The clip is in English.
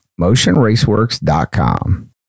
motionraceworks.com